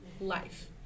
life